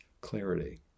clarity